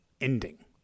ending